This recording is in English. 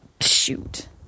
shoot